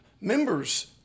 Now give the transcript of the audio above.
members